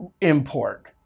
import